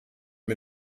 mit